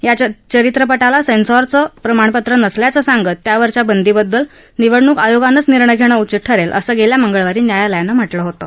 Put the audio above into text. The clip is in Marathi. या चरित्रपटाला सेन्सॉरचं प्रमाणपत्र नसल्याचं सांगत त्यावरच्या बंदीबद्दल निवडणूक आयोगानंच निर्णय घेणं उचित ठरेल असं गेल्या मंगळवारी न्यायालयानं म्हटलं होतं